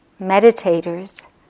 meditators